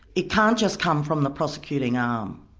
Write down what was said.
it can't just come from the prosecuting arm.